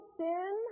sin